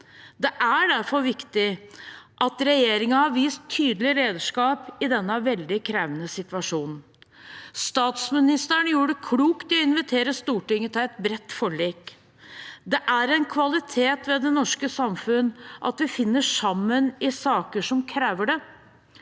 Det er derfor viktig at regjeringen har vist tydelig lederskap i denne veldig krevende situasjonen. Statsministeren gjorde klokt i å invitere Stortinget til et bredt forlik. Det er en kvalitet ved det norske samfunn at vi finner sammen i saker som krever det.